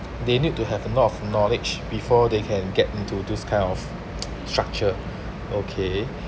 they need to have a lot knowledge before they can get into those kind of structure okay